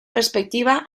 perspectiva